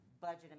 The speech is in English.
budget